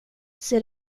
ser